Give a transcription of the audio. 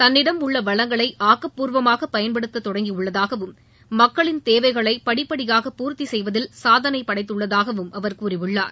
தன்னிடம் உள்ள வளங்களை ஆக்கப்பூர்வமாக பயன்படுத்த தொடங்கியுள்ளதாகவும் மக்களின் தேவைகளை படிப்படியாக பூர்த்தி செய்வதில் சாதனை படைத்துள்ளதாகவும் அவர் கூறியுள்ளார்